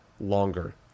longer